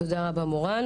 תודה רבה, מורן.